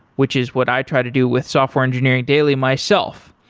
which is what i try to do with software engineering daily myself,